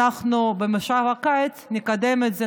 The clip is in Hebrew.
שאנחנו במושב הקיץ נקדם את זה,